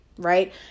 right